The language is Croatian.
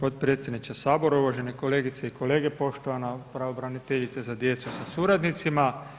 potpredsjedniče Sabora, uvažene kolegice i kolege, poštovana pravobraniteljice za djecu sa suradnicima.